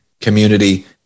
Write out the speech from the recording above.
community